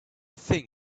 thing